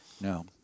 No